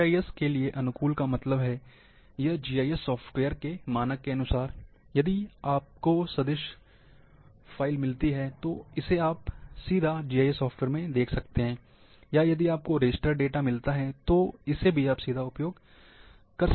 GIS के लिए अनुकूल का मतलब है यह जीआईएस सॉफ्टवेयर के मानक के अनुसार यदि आपको सदिश फ़ाइल मिलती है तो इसे सीधे आप जीआईएस सॉफ्टवेयर में देख सकते हैं या यदि आपको रास्टर डेटा मिलता है तो इसे भी आप सीधे उपयोग कर सकते हैं